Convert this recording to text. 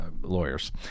lawyers